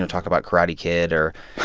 talk about karate kid or,